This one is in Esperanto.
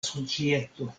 societo